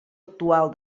actual